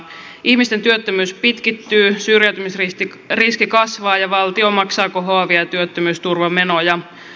ihmisten työttömyys pitkittyy syrjäytymisriski kasvaa ja valtio maksaa kohoavia työttömyysturvamenoja